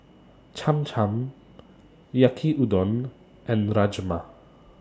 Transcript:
Cham Cham Yaki Udon and Rajma